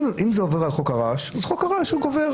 אם זה עובר על חוק הרעש, אז חוק הרעש גובר.